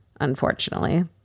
unfortunately